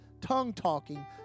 tongue-talking